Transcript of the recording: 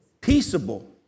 Peaceable